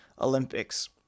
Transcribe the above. Olympics